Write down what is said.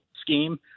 scheme